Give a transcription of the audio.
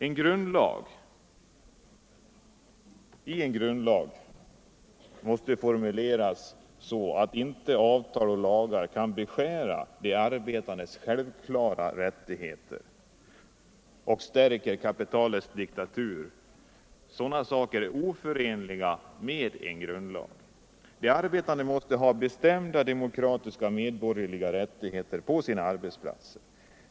En grundlag måste formuleras så att inte avtal och lagar kan upphäva de arbetandes självklara rättigheter och stärka kapitalets diktatur. Sådana företeelser är oförenliga med en grundlag. De arbetande måste ha bestämda demokratiska medborgerliga rättigheter på sina arbetsplatser.